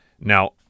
Now